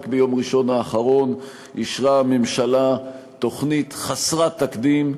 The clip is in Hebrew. רק ביום ראשון האחרון אישרה הממשלה תוכנית חסרת תקדים,